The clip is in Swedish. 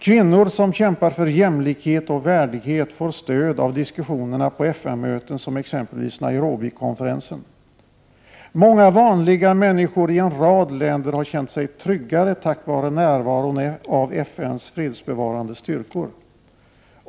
Kvinnor som kämpar för jämlikhet och värdighet får stöd av diskussionerna på FN-möten som exempelvis Nairobikonferensen. Många vanliga människor i en rad länder har känt sig tryggare tack vare närvaron av FN:s fredsbevarande styrkor.